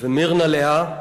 ומירנה לאה,